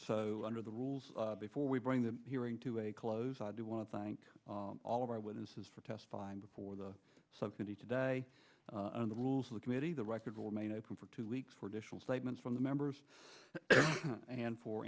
so under the rules before we bring the hearing to a close i do want to thank all of our witnesses for testifying before the subsidy today and the rules of the committee the record will remain open for two weeks for additional statements from the members and for